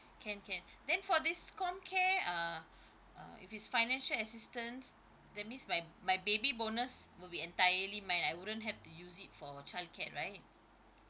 can can then for this com care uh uh if it's financial assistance that means my my baby bonus will be entirely mine I wouldn't have to use it for childcare right